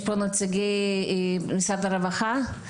נמצאים פה נציגים ממשרד הרווחה,